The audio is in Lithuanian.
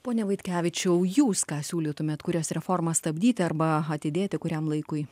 pone vaitkevičiau jūs ką siūlytumėt kurias reformas stabdyti arba atidėti kuriam laikui